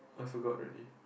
I forgot already